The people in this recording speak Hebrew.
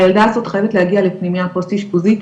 הילדה הזאת חייבת להיכנס לפנימייה פוסט אשפוזית,